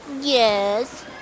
yes